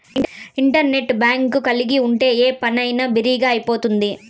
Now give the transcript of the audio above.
internet bank కలిగి ఉంటే ఏ పనైనా బిరిగ్గా అయిపోతుంది